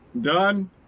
Done